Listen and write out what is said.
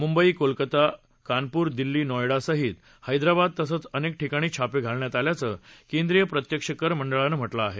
मुंबई कोलकाता कानपुर दिल्ली नोएडासहीत हैद्राबाद तसंच अनेक ठिकाणी छापे घालण्यात आल्याचं केंद्रीय प्रत्यक्ष कर मंडळानं म्हटलं आहे